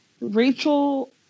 Rachel